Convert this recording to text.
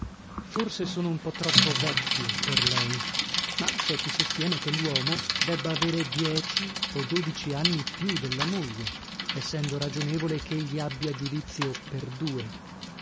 forse sono un po troppo vecchio per lei ma c'è chi sostiene che l'uomo debba avere dieci o dodici anni più della moglie essendo ragionevole ch'egli abbia giudizio per due